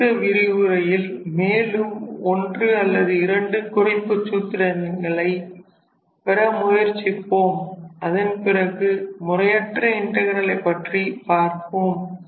அடுத்த விரிவுரையில் மேலும் 1 அல்லது 2 குறைப்புச் சூத்திரங்களை பெற முயற்சிப்போம் அதன் பிறகு முறையற்ற இன்டகிரலை பற்றிப் பார்ப்போம்